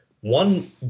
one